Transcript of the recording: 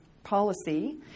policy